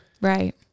Right